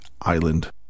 island